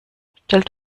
stellt